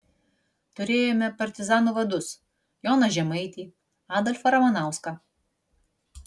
turėjome partizanų vadus joną žemaitį adolfą ramanauską